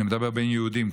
אני מדבר בין יהודים,